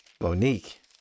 Monique